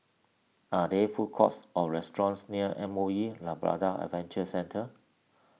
are there food courts or restaurants near M O E Labrador Adventure Centre